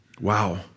Wow